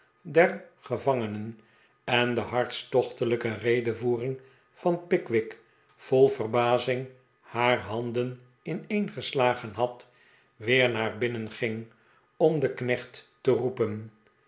de'r gevangeneh en de hartstochtelijke redevoering van pickwick vol verbazing haar handen ineengeslagen had weer naar binnen ging om den knecht te roepen